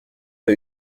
pas